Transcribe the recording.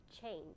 change